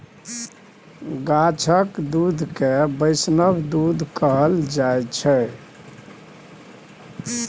गाछक दुध केँ बैष्णव दुध कहल जाइ छै